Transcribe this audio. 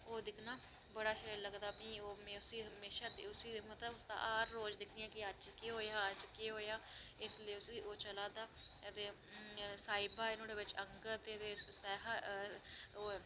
ओह् दिक्खना बड़ा सैल लगदा फ्ही में उसी में मतलव हर रोज दिक्खनी आं अज्ज केह् हो अज्ज कोह् होआ ते इस बेल्लै ओह् चला दा ऐ साईबा ऐ ओह्दे बिच्च अंगत ऐ ते ओह् ऐ